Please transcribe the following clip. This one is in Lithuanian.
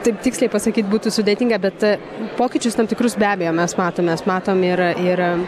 taip tiksliai pasakyti būtų sudėtinga bet pokyčius tam tikrus be abejo mes matom mes matom ir ir